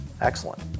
excellent